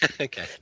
Okay